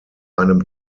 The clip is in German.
einem